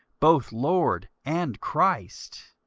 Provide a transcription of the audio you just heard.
both lord and christ.